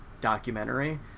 documentary